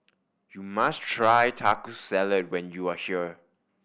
you must try Taco Salad when you are here